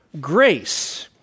Grace